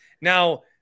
Now